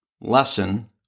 Lesson